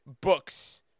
books